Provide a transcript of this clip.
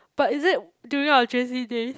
but is it during our j_c day